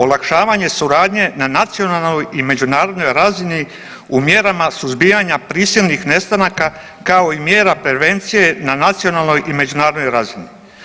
Olakšavanje suradnje na nacionalnoj i međunarodnoj razini u mjerama suzbijanja prisilnih nestanaka kao i mjera prevencije na nacionalnoj i međunarodnoj razini.